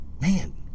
Man